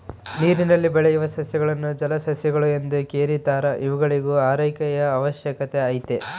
ನೀರಿನಲ್ಲಿ ಬೆಳೆಯುವ ಸಸ್ಯಗಳನ್ನು ಜಲಸಸ್ಯಗಳು ಎಂದು ಕೆರೀತಾರ ಇವುಗಳಿಗೂ ಆರೈಕೆಯ ಅವಶ್ಯಕತೆ ಐತೆ